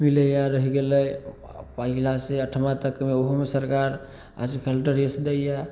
मिलैए रहि गेलै पहिलासे अठमा तकमे ओहोमे सरकार आजकल ड्रेस दैए